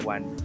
One